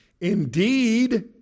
Indeed